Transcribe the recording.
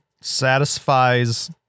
satisfies